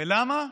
ולמה?